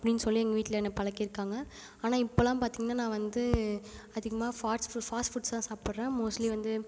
அப்படின்னு சொல்லி எங்கள் வீட்டில என்ன பழக்கிருக்காங்க ஆனால் இப்போலாம் பார்த்தீங்கன்னா நான் வந்து அதிகமாக ஃபாஸ்ட் ஃபுட்ஸ் ஃபாஸ்ட் ஃபுட்ஸ் தான் சாப்புடுறேன் மோஸ்ட்லி வந்து